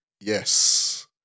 yes